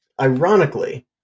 ironically